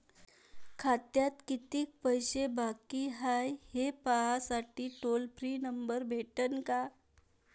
खात्यात कितीकं पैसे बाकी हाय, हे पाहासाठी टोल फ्री नंबर भेटन का?